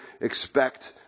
expect